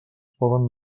poden